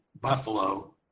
buffalo